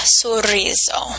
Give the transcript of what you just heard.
sorriso